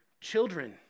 children